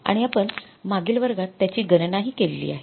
आणि आपण मागील वर्गात त्याची गणना हि केलेली आहे